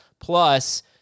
plus